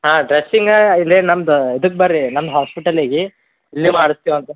ಹಾಂ ಡ್ರೆಸ್ಸಿಂಗಾ ಇಲ್ಲೇ ನಮ್ದು ಇದಕ್ಕೆ ಬನ್ರಿ ನಮ್ಮ ಹಾಸ್ಪಿಟಲಿಗೆ ಇಲ್ಲೇ ಮಾಡಸ್ತೀವಂತೆ